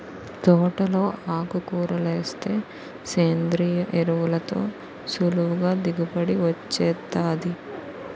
తోటలో ఆకుకూరలేస్తే సేంద్రియ ఎరువులతో సులువుగా దిగుబడి వొచ్చేత్తాది